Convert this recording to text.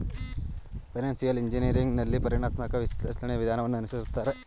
financial engineering ನಲ್ಲಿ ಪರಿಣಾಮಾತ್ಮಕ ವಿಶ್ಲೇಷಣೆ ವಿಧಾನವನ್ನು ಅನುಸರಿಸುತ್ತಾರೆ